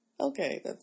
Okay